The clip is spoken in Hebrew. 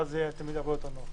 ואז יהיה יותר קל לקרוא.